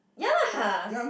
ya lah